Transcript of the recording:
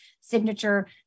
signature